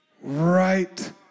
right